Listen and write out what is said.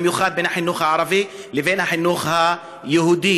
במיוחד בין החינוך הערבי לבין החינוך היהודי.